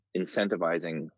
incentivizing